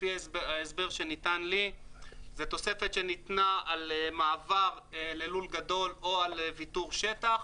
לפי ההסבר שניתן לי זו תוספת שניתנה על מעבר ללול גדול או על ויתור שטח.